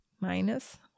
Minus